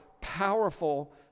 powerful